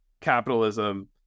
Capitalism